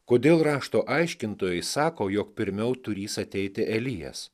kodėl rašto aiškintojai sako jog pirmiau turįs ateiti elijas